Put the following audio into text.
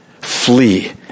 Flee